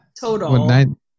total